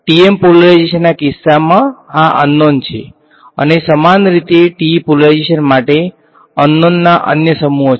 TM polarisation ના કિસ્સામાં આ અન નોન છે અને સમાન રીતે TE પોલરાઇઝેશન માટે અન નોન ના અન્ય સમૂહો છે